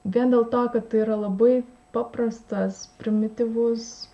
vien dėl to kad tai yra labai paprastas primityvus